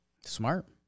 Smart